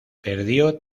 perdió